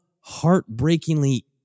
heartbreakingly